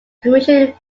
commissioned